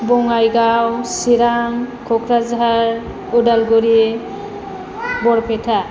Bongaigaon Chirang Kokrajhar Udalguri Barpeta